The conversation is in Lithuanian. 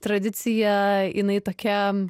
tradicija jinai tokia